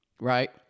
Right